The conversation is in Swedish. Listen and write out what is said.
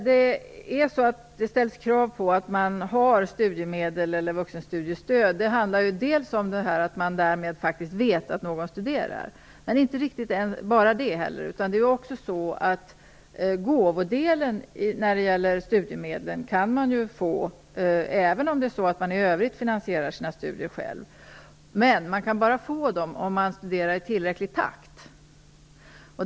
Herr talman! Det ställs krav på att studiemedel eller vuxenstudiestöd har beviljats därför att man skall kunna veta att någon studerar. Men det är inte den enda anledningen. Studiemedlets gåvodel kan man ju få även om man i övrigt finansierar sina studier själv. Men man kan bara få dessa medel om man studerar i tillräcklig takt.